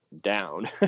down